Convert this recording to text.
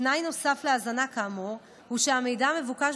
תנאי נוסף להזנה כאמור הוא שהמידע מבוקש